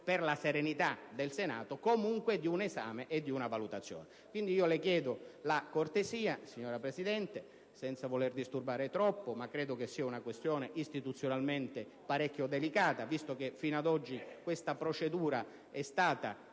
per la serenità del Senato, devono essere comunque oggetto di un esame e di una valutazione. Chiedo pertanto la cortesia, signora Presidente (senza voler disturbare troppo, ma credo sia una questione istituzionalmente molto delicata, visto che fino ad oggi questa procedura è stata,